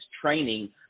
training